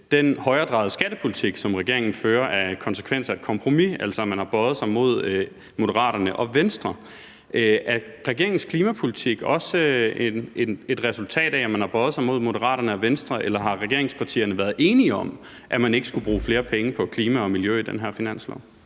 den højredrejede skattepolitik, som regeringen fører, er en konsekvens af et kompromis. Altså, man har bøjet sig mod Moderaterne og Venstre. Er regeringens klimapolitik også et resultat af, at man har bøjet sig mod Moderaterne og Venstre, eller har regeringspartierne været enige om, at man ikke skulle bruge flere penge på klima og miljø i den her finanslov?